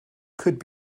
could